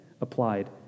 applied